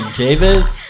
Davis